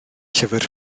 llyfr